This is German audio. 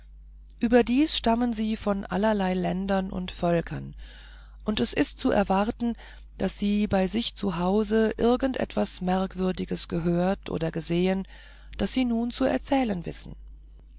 überdies stammen sie von allerlei ländern und völkern und es ist zu erwarten daß sie bei sich zu hause irgend etwas merkwürdiges gehört oder gesehen das sie nun zu erzählen wissen